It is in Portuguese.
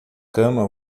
cama